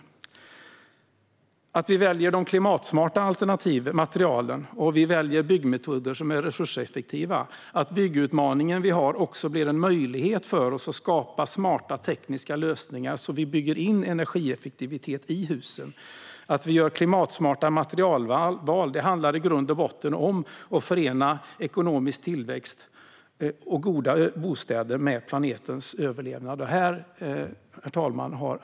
Det handlar om att välja de klimatsmarta materialen och de byggmetoder som är resurseffektiva. Den byggutmaning vi har blir en möjlighet att skapa smarta tekniska lösningar så att vi bygger in energieffektivitet i husen. Att vi gör klimatsmarta materialval handlar i grund och botten om att förena ekonomisk tillväxt och goda bostäder med planetens överlevnad.